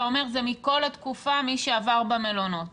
אתה אומר, זה מכל התקופה מי שעבר במלונות.